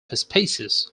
species